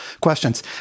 questions